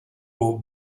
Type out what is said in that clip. haut